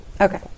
Okay